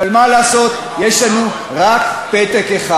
אבל מה לעשות, יש לנו רק פתק אחד.